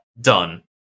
done